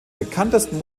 bekanntesten